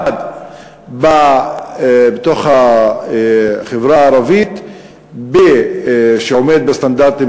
בתוך החברה הערבית שעומד בסטנדרטים,